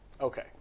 Okay